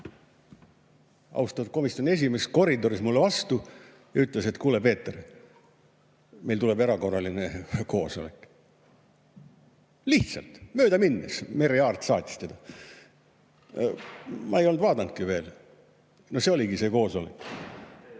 austatud komisjoni esimees koridoris mulle vastu ja ütles, et kuule, Peeter, meil tuleb erakorraline koosolek. Lihtsalt, mööda minnes, Merry Aart saatis teda. Ma ei olnud vaadanudki veel. No see oligi see koosolek.